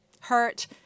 hurt